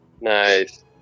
Nice